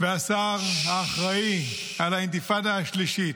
והשר האחראי לאינתיפאדה השלישית,